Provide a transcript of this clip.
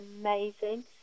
amazing